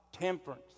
temperance